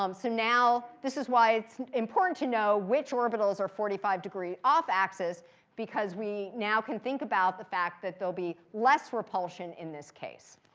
um so now, this is why it's important to know which orbitals are forty five degree off axis because we, now, can think about the fact that there will be less repulsion in this case.